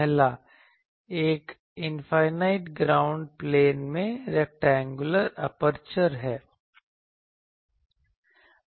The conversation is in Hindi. पहला एक इनफाइनाइट ग्राउंड प्लेन में रैक्टेंगुलर एपर्चर है